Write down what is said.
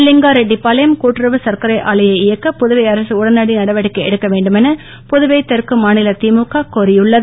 லிங்காரெட்டிப்பாளையம் கூட்டுறவு சர்க்கரை ஆலையை இயக்க புதுவை அரசு உடனடி நடவடிக்கை எடுக்கவேண்டுமென புதுவை தெற்கு மாநில திமுக கோரியுள்ளது